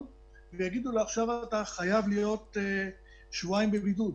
ויגידו לו: עכשיו אתה חייב להיות שבועיים בבידוד,